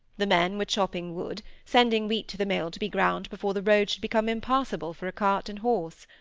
the men were chopping wood, sending wheat to the mill to be ground before the road should become impassable for a cart and horse.